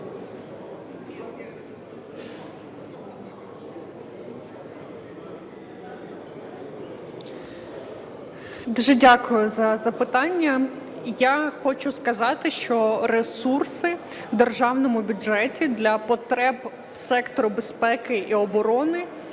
Дуже дякую за запитання. Я хочу сказати, що ресурси в державному бюджеті для потреб сектору безпеки і оборони